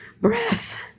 breath